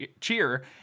cheer